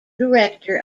director